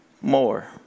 more